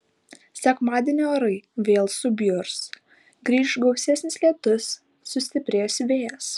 sekmadienį orai vėl subjurs grįš gausesnis lietus sustiprės vėjas